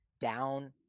down –